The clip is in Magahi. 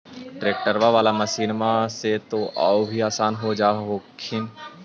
ट्रैक्टरबा बाला मसिन्मा से तो औ भी आसन हो जा हखिन?